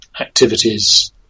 activities